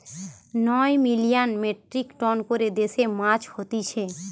নয় million metric ton করে দেশে মাছ হতিছে